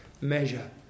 measure